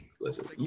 Listen